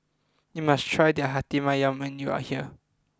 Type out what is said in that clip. you must try the Hati Ayam when you are here